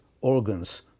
organs